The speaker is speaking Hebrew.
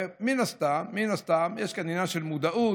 מן הסתם יש כאן עניין של מודעות,